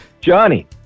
Johnny